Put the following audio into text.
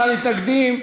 38 מתנגדים,